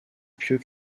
pieux